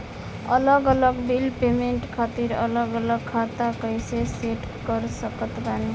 अलग अलग bill payment खातिर अलग अलग खाता कइसे सेट कर सकत बानी?